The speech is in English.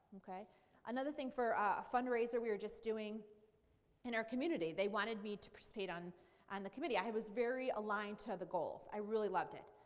another thing for a fundraiser we were just doing in our community they wanted me to participate on and the committee. i was very aligned to the goals. i really loved it.